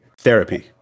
Therapy